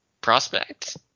prospect